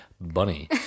bunny